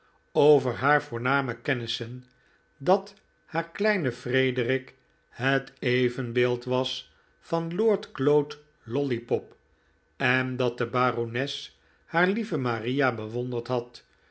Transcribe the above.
over haar voorname kennissen dat haar kleine frederic het evenbeeld was van lord claud lollypop en dat de barones haar lieve maria bewonderd had